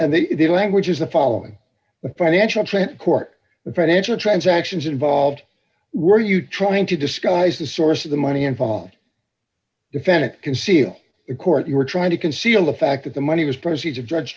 and the languages the following the financial train court the financial transactions involved were you trying to disguise the source of the money involved defendant conceal a court you were trying to conceal the fact that the money was proceeds of judge